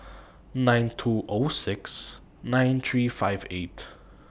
nine two O six nine three five eight